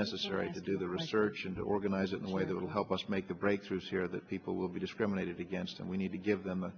necessary to do the research and organize it in a way that will help us make the breakthroughs here that people will be discriminated against and we need to give them